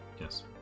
Yes